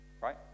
Right